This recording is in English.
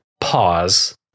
pause